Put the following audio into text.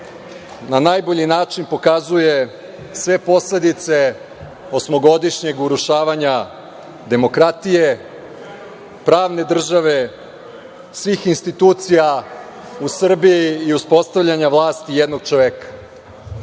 na najbolji način pokazuje sve posledice osmogodišnjeg urušavanja demokratije, pravne države, svih institucija u Srbiji i uspostavljanja vlasti jednog čoveka.